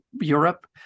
Europe